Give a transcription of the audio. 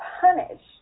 punished